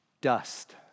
dust